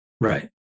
Right